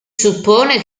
suppone